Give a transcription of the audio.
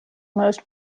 most